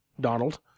donald